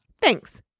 Thanks